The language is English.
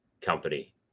company